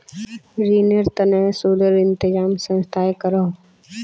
रिनेर तने सुदेर इंतज़ाम संस्थाए करोह